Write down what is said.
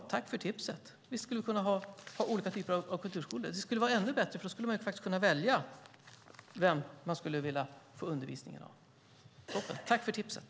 Visst skulle vi kunna ha olika typer av kulturskolor. Det skulle vara ännu bättre, för då skulle man faktiskt kunna välja vem man skulle få undervisning av. Så tack för tipset!